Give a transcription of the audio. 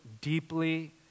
deeply